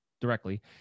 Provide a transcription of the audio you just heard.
directly